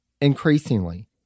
Increasingly